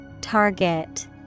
Target